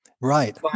Right